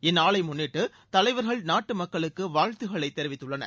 இந்நாளை முன்னிட்டு தலைவர்கள் நாட்டுமக்களுக்கு வாழ்த்துக்கள் தெிவித்துள்ளனர்